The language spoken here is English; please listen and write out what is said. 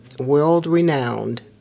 World-renowned